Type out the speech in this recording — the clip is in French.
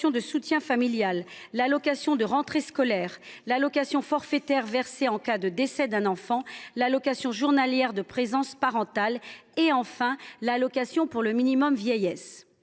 de soutien familial ; l’allocation de rentrée scolaire ; l’allocation forfaitaire versée en cas de décès d’un enfant ; l’allocation journalière de présence parentale ; l’allocation de solidarité